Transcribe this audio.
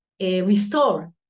restore